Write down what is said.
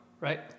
right